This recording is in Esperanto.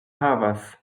havas